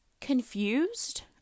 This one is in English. confused